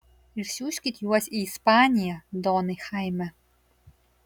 išsiųskit juos į ispaniją donai chaime